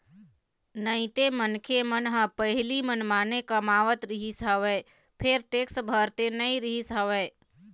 नइते मनखे मन ह पहिली मनमाने कमावत रिहिस हवय फेर टेक्स भरते नइ रिहिस हवय